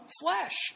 flesh